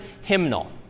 hymnal